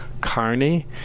Carney